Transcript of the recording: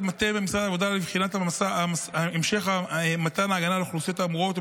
מטה במשרד העבודה לבחינת המסע המשך מתן ההגנה לאוכלוסיות האמורות,